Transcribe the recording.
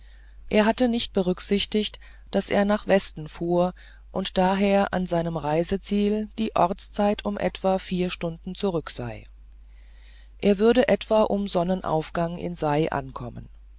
er hatte nicht berücksichtigt daß er nach westen fuhr und daher an seinem reiseziel die ortszeit um etwa vier stunden zurück sei er würde etwa um sonnenaufgang in sei ankommen